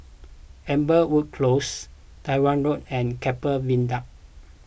Amberwood Close Tyrwhitt Road and Keppel Viaduct